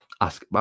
ask